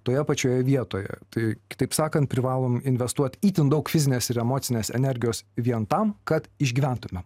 toje pačioje vietoje tai kitaip sakant privalom investuot itin daug fizinės ir emocinės energijos vien tam kad išgyventumėm